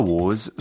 Wars